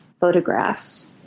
photographs